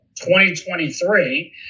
2023